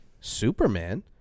Superman